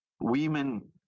women